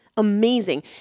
amazing